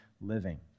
living